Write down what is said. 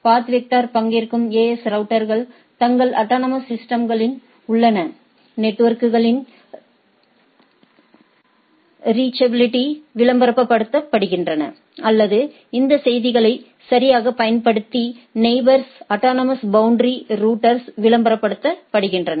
பாத் vector பங்கேற்கும் AS ரவுட்டர்கள் தங்கள் அட்டானமஸ் சிஸ்டம்களில் உள்ள நெட்வொர்க்குகளின் ரீச்சபிலிட்டியை விளம்பரப்படுத்துகின்றன அல்லது இந்த செய்திகளை சரியாகப் பயன்படுத்தி நெயிபோர்ஸ் அட்டானமஸ் பௌண்டரி ரௌட்டர்ஸ்களை விளம்பரப்படுத்துகின்றன